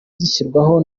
zishyirwaho